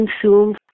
consume